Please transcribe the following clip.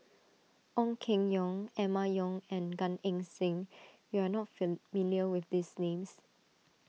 Ong Keng Yong Emma Yong and Gan Eng Seng you are not familiar with these names